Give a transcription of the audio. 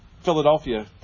Philadelphia